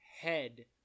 head